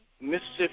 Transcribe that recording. Mississippi